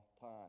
time